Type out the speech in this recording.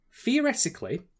theoretically